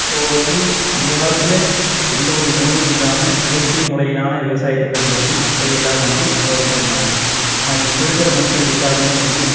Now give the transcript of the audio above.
so வந்து அந்த காலத்தில் எந்தவொரு நோயும் இல்லாமல் இயற்கை முறையினால் விவசாயத்தை பயன்படுத்தி மக்கள் எல்லாம் வந்து சந்தோஷமா இருந்தாங்க ஆனால் இப்போ இருக்கிற மக்கள் எல்லாேருமே வந்து